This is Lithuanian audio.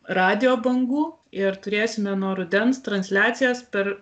radijo bangų ir turėsime nuo rudens transliacijas per